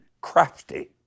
crafty